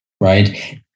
right